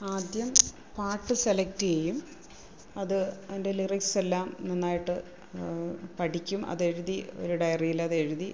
ആദ്യം പാട്ട് സെലക്ട് ചെയ്യും അത് അതിന്റെ ലിറിക്സെല്ലാം നന്നായിട്ട് പഠിക്കും അതെഴുതി ഒരു ഡയറിയിൽ അതെഴുതി